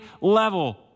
level